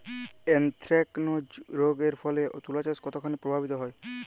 Anthracnose রোগ এর ফলে তুলাচাষ কতখানি প্রভাবিত হয়?